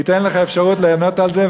ייתן לך אפשרות לענות על זה,